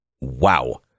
Wow